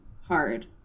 hard